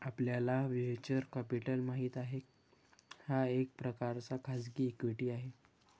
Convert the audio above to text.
आपल्याला venture capital माहित आहे, हा एक प्रकारचा खाजगी इक्विटी आहे